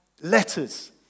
Letters